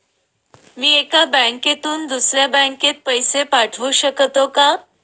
मी एका बँकेतून दुसऱ्या बँकेत पैसे पाठवू शकतो का?